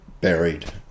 buried